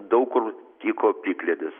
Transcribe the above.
daug kur tyko plikledis